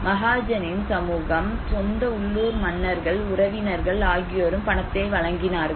மகாஜனின் சமூகம் சொந்த உள்ளூர் மன்னர்கள் உறவினர்கள் ஆகியோரும் பணத்தை வழங்கினார்கள்